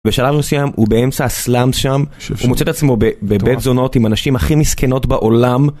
בשלב מסוים הוא באמצע הסלאמס שם הוא מוצא את עצמו בבית זונות עם הנשים הכי מסכנות בעולם.